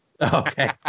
Okay